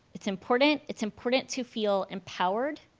it's important, it's important to feel empowered,